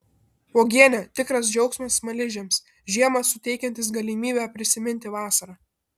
uogienė tikras džiaugsmas smaližiams žiemą suteikiantis galimybę prisiminti vasarą